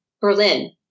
Berlin